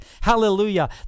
Hallelujah